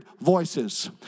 voices